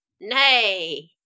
Nay